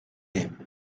name